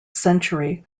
century